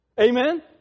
Amen